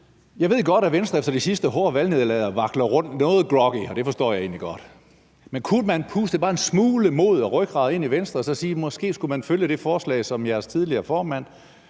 Jeg ved godt, at Venstre efter det sidste hårde valgnederlag vakler noget groggy rundt, og det forstår jeg egentlig godt – men kunne man puste bare en smule mod og rygrad ind i Venstre og så sige, at måske skulle man følge det forslag, som jeres tidligere formand,